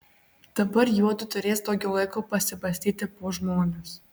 dabar juodu turės daugiau laiko pasibastyti po žmones